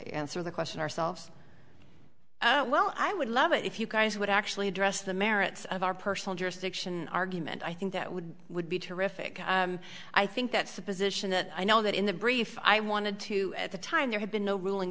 answer the question ourselves well i would love it if you guys would actually address the merits of our personal jurisdiction argument i think that would would be terrific i think that's a position that i know that in the brief i wanted to at the time there have been no ruling